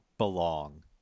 Belong